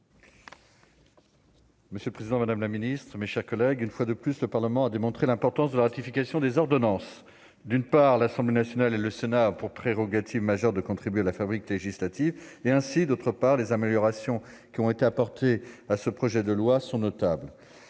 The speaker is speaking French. Monsieur le président, madame la secrétaire d'État, mes chers collègues, une fois de plus, le Parlement a démontré l'importance de la ratification des ordonnances. Très bien ! D'une part, l'Assemblée nationale et le Sénat ont pour prérogative majeure de contribuer à la fabrication de la loi. D'autre part, les améliorations apportées à ce projet de loi sont notables.